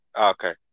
Okay